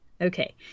Okay